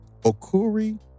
okuri